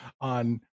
on